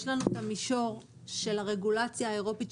יש לנו את המישור של הרגולציה האירופית,